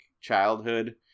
childhood